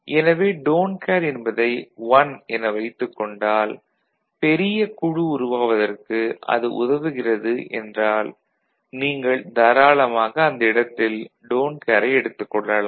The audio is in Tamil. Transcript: எனவே டோன்ட் கேர் என்பதை 1 என வைத்துக் கொண்டால் பெரிய குழு உருவாவதற்கு அது உதவுகிறது என்றால் நீங்கள் தாராளமாக அந்த இடத்தில் டோன்ட் கேரை எடுத்துக் கொள்ளலாம்